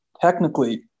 technically